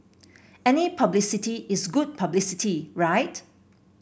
any publicity is good publicity right